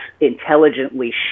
intelligently